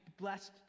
blessed